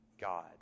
God